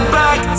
back